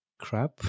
crap